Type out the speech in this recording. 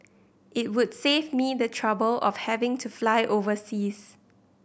it would save me the trouble of having to fly overseas